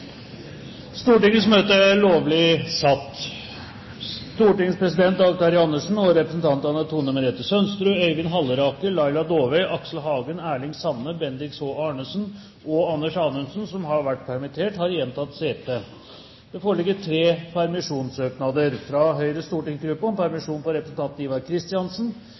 Stortingets president Dag Terje Andersen og representantene Tone Merete Sønsterud, Øyvind Halleraker, Laila Dåvøy, Aksel Hagen, Erling Sande, Bendiks H. Arnesen og Anders Anundsen, som har vært permittert, har igjen tatt sete. Det foreligger tre permisjonssøknader: fra Høyres stortingsgruppe om permisjon for representanten Ivar